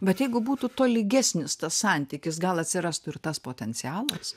bet jeigu būtų tolygesnis tas santykis gal atsirastų ir tas potencialas